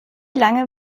lange